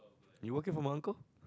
you working for my uncle